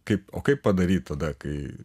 kaip o kaip padaryt tada kai